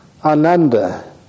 Ananda